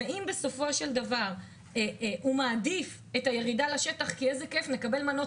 אם הוא מעדיף את הירידה לשטח כי אז מקבלים מנות